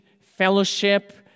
fellowship